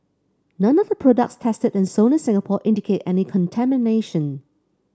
none of the products tested and sold in Singapore indicate any contamination